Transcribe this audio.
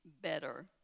better